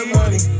money